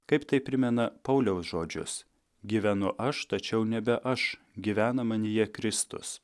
kaip tai primena pauliaus žodžius gyvenu aš tačiau nebe aš gyvena manyje kristus